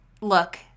look